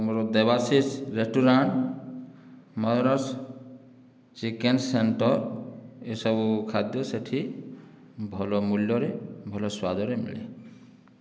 ମୋ'ର ଦେବାଶିଷ ରେଷ୍ଟୁରାଣ୍ଟ ମଇରାସ chicken centre ଏସବୁ ଖାଦ୍ୟ ସେ'ଠି ଭଲ ମୂଲ୍ୟରେ ଭଲ ସ୍ଵାଦରେ ମିଳେ